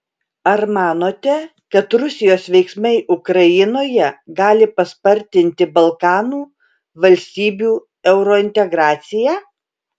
ar manote kad rusijos veiksmai ukrainoje gali paspartinti balkanų valstybių eurointegraciją